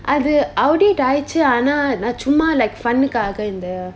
அது:athu outdate ஆயிச்சி ஆனா நா சும்மா:ayichi aana na summa like fun னுக்காக இந்த:nukkaka intha